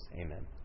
Amen